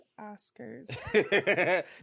Oscars